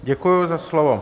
Děkuji za slovo.